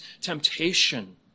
temptation